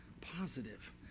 positive